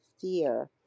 fear